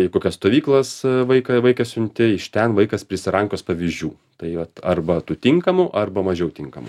į kokias stovyklas vaiką vaiką siunti iš ten vaikas prisirankios pavyžių tai vat arba tų tinkamų arba mažiau tinkamų